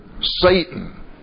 Satan